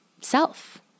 self